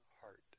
heart